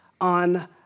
on